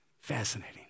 Fascinating